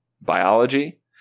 biology